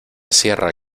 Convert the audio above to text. cierra